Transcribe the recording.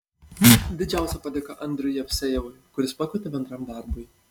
didžiausia padėka andriui jevsejevui kuris pakvietė bendram darbui